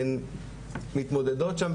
הן מתמודדות שם,